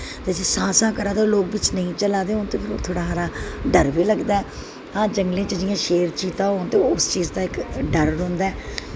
सां सां करा दा होऐ लोग बिच्च नेईं चला दे होन ते थोह्ड़ा हारा डर बी लगदा ऐ हां जंगलें च जि'यां शेर चीता होन ते उस चीज दा इक डर रौंह्दा ऐ